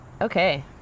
okay